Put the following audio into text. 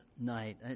Night